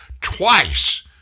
Twice